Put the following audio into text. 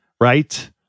right